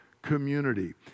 community